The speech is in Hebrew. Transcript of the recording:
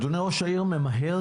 אדוני ראש העיר ממהר?